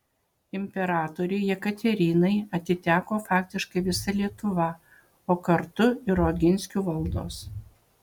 imperatorei jekaterinai atiteko faktiškai visa lietuva o kartu ir oginskių valdos